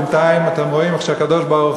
בינתיים אתם רואים איך הקדוש-ברוך-הוא